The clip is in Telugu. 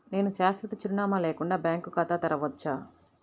నేను శాశ్వత చిరునామా లేకుండా బ్యాంక్ ఖాతా తెరవచ్చా?